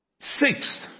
Sixth